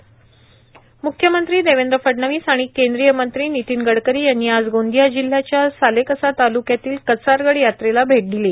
म्ख्यमंत्री देवेंद्र फडणवीस आणि केंद्रीय मंत्री नितीन गडकरी यांनी आज गोंदिया जिल्याच्या सालेकसा ताल्क्यातील कचारगड यात्रेला भेट दिली